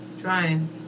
Trying